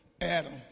Adam